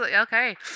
okay